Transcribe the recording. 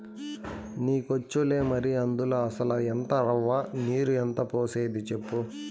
నీకొచ్చులే మరి, అందుల అసల ఎంత రవ్వ, నీరు పోసేది సెప్పు